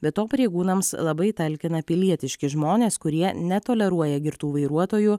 be to pareigūnams labai talkina pilietiški žmonės kurie netoleruoja girtų vairuotojų